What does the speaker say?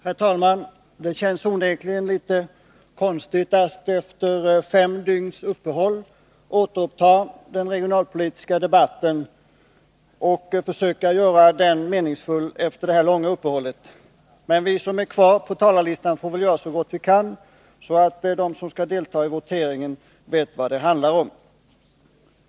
Herr talman! Det känns onekligen litet konstigt att efter fem dygns uppehåll återuppta den regionalpolitiska debatten och försöka göra den meningsfull med tanke på det långa uppehållet. Men vi som är kvar på talarlistan får göra så gott vi kan, så att de som skall delta i voteringen vet vad det handlar om.